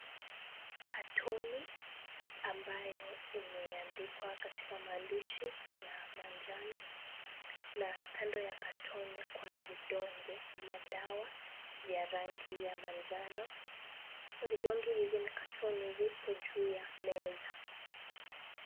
Katoni ambayo imeandikwa katika maandishi ya manjano na kando ya Katoni kuna vidonge vya dawa vya rangi ya manjano. Vidonge hivi na Katoni vipo juu ya meza.